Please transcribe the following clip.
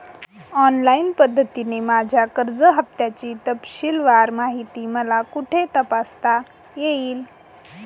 Online पद्धतीने माझ्या कर्ज हफ्त्याची तपशीलवार माहिती मला कुठे तपासता येईल?